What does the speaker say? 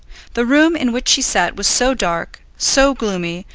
the room in which she sat was so dark, so gloomy,